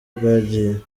bwagiye